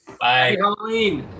bye